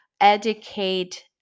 educate